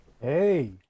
Hey